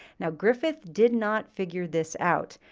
now, griffith did not figure this out.